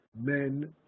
men